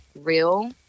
real